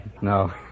No